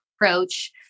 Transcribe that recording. approach